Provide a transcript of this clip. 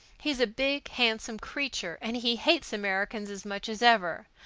he's a big, handsome creature, and he hates americans as much as ever.